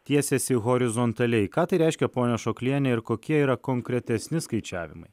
tiesiasi horizontaliai ką tai reiškia ponia ašokliene ir kokie yra konkretesni skaičiavimai